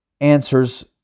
answers